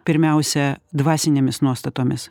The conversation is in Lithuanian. pirmiausia dvasinėmis nuostatomis